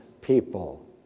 people